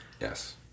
Yes